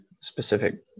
specific